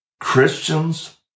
Christians